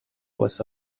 was